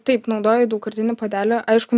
taip naudoju daugkartinį puodelį aišku